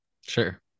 sure